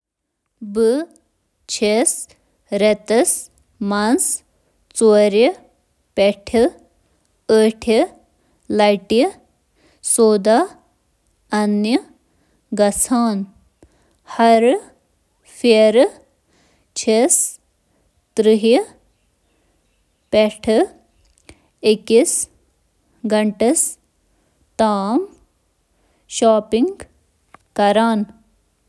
بہٕ چھُس روزانہٕ کِریانہٕ دُکانَس پٮ۪ٹھ گژھان۔ رٮ۪تس منٛز کم از کم پنٛژوُہِم لَٹہِ تہٕ گُزٲرِس تَتہِ وُہ۔ ترٕہ منٹ۔